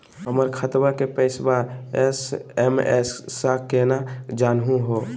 हमर खतवा के पैसवा एस.एम.एस स केना जानहु हो?